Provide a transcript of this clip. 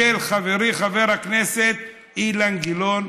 של חברי חבר הכנסת אילן גילאון,